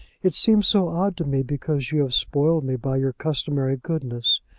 it seems so odd to me, because you have spoiled me by your customary goodness.